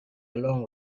long